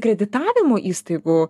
kreditavimo įstaigų